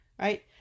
right